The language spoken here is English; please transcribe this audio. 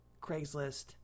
Craigslist